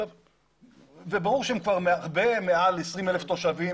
ברור שהם הרבה מעל 20,000 תושבים,